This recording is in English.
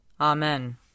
Amen